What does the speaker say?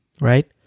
right